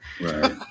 Right